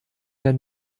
der